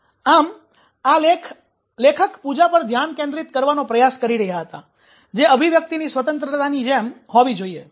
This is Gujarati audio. આમ લેખક પૂજા પર ધ્યાન કેન્દ્રિત કરવાનો પ્રયાસ કરી રહ્યા હતા જે અભિવ્યક્તિની સ્વતંત્રતાની જેમ હોવી જોઈએ